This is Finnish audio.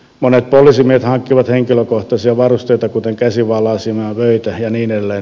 monet poliisimiehet hankkivat henkilökohtaisia varusteita kuten käsivalaisimia vöitä ja niin edelleen